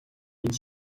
энэ